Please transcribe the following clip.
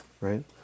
right